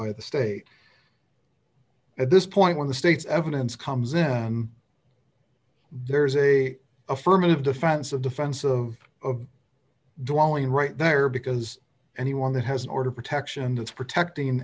by the state at this point when the state's evidence comes in then there's a affirmative defense of defense of the lowing right there because anyone that has an order protection that's protecting